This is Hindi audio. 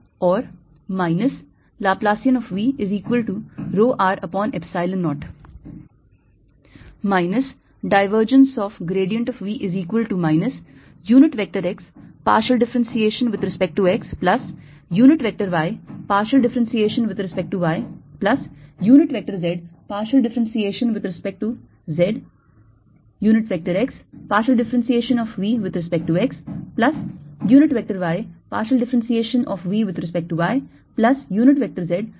यह V के लाप्लासियन के रूप में जाना जाता है तो यह del square पद लाप्लासियन होता है